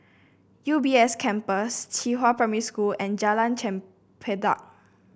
U B S Campus Qihua Primary School and Jalan Chempedak